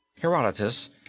Herodotus